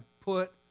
put